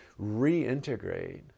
reintegrate